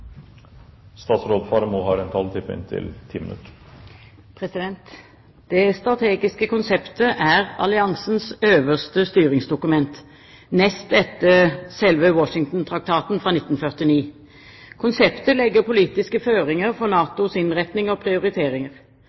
alliansens øverste styringsdokument, nest etter selve Washington-traktaten fra 1949. Konseptet legger politiske føringer for NATOs innretning og prioriteringer.